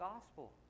gospel